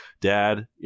dad